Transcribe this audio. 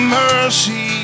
mercy